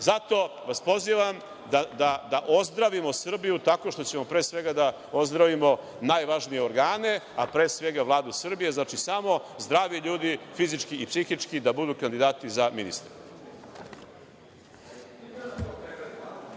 vas pozivam da ozdravimo Srbiju tako što ćemo pre svega da ozdravimo najvažnije organe, a pre svega Vladu Srbije. Znači, samo zdravi ljudi, fizički i psihički da budu kandidati za ministre.